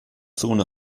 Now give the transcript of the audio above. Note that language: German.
zone